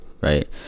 right